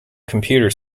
computer